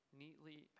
neatly